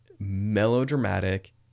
melodramatic